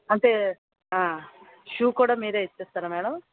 అంటే షూ కూడా మీరే ఇచ్చేస్తారా మేడం